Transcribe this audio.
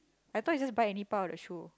I thought is just bite any part of the shoe